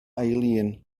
eileen